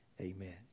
amen